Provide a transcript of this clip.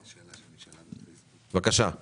אדוני, די.